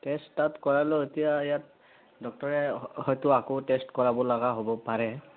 test তাত কৰালেও এতিয়া ইয়াত ডক্টৰে হয়তো আকৌ টেষ্ট কৰাব লগা হ'ব পাৰে